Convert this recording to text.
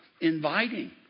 inviting